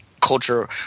culture